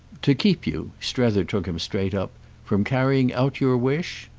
to keep you strether took him straight up from carrying out your wish?